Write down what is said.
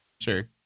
Sure